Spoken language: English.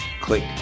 click